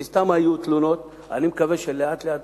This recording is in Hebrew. מן הסתם היו תלונות ואני מקווה שלאט לאט